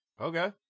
Okay